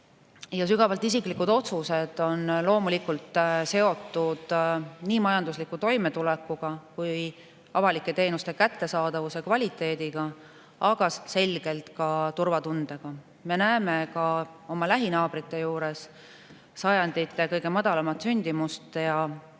Sügavalt isiklikud otsused on loomulikult seotud nii majandusliku toimetulekuga kui ka avalike teenuste kättesaadavuse ja kvaliteediga, aga selgelt ka turvatundega. Me näeme ka oma lähinaabrite juures sajandite kõige madalamat sündimust ja ma